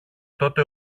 τότε